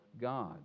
God